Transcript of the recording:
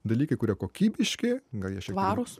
dalykai kurie kokybiški gal jie šiek tiek tvarūs